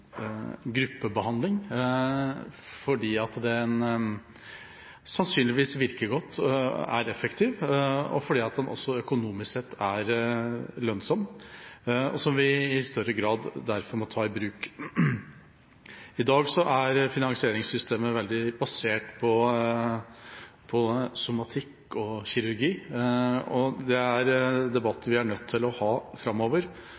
gruppebehandling, fordi den sannsynligvis virker godt, er effektiv og økonomisk sett lønnsom, og som vi derfor i større grad må ta i bruk. I dag er finansieringssystemet i stor grad basert på somatikk og kirurgi. Vi er nødt til å ha debatter framover